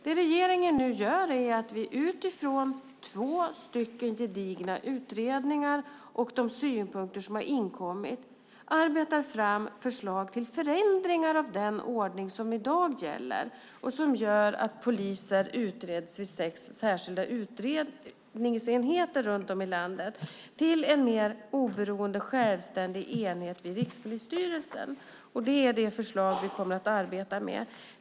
Vad regeringen nu gör är att vi utifrån två gedigna utredningar och de synpunkter som har inkommit arbetar fram förslag till förändringar av den ordning som i dag gäller, att poliser utreds vid sex olika utredningsenheter runt om i landet, till en mer oberoende och självständig enhet vid Rikspolisstyrelsen. Det är detta förslag vi kommer att arbeta med.